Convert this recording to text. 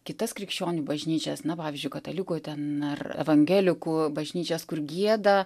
kitas krikščionių bažnyčias na pavyzdžiui katalikų ten ar evangelikų bažnyčias kur gieda